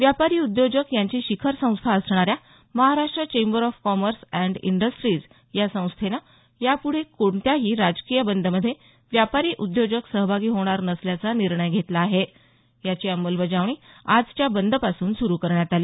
व्यापारी उद्योजक यांची शिखर संस्था असणाऱ्या Maharashtra chamber of commerce and industries या संस्थेनं यापुढे कोणत्याही राजकीय बंदमध्ये व्यापारी उद्योजक सहभागी होणार नसल्याचा निर्णय घेतला आहे याची अंमलबजावणी आजच्या बंदपासून सुरू करण्यात आली